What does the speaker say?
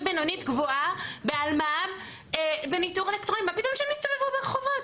בינונית גבוהה באלמ"ב בניטור אלקטרוני,